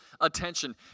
attention